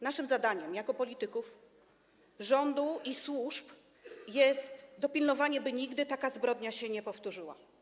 Naszym zadaniem jako polityków, rządu i służb jest dopilnowanie, by nigdy taka zbrodnia się nie powtórzyła.